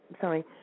sorry